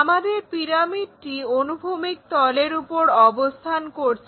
আমাদের পিরামিডটি অনুভূমিক তলের উপর অবস্থান করছে